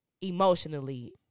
emotionally